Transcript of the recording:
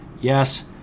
Yes